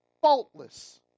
faultless